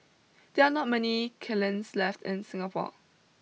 there are not many kilns left in Singapore